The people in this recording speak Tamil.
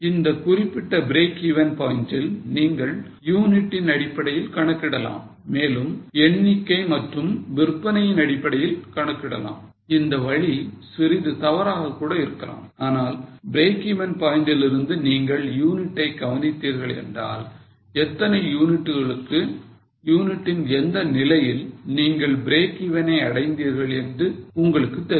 இந்த குறிப்பிட்ட breakeven point ல் நீங்கள் யூனிட்டின் அடிப்படையில் கணக்கிடலாம் மேலும் எண்ணிக்கை மற்றும் விற்பனையின் அடிப்படையில் கணக்கிடலாம் இந்த வளி சிறிது தவறாக கூட இருக்கலாம் ஆனால் breakeven point லிருந்து நீங்கள் யூனிட்டை கவனித்தீர்கள் என்றால் எத்தனை யூனிட்டுக்கு யூனிட்டின் எந்த நிலையில் நீங்கள் break even அடைந்தீர்கள் என்று உங்களுக்கு தெரியும்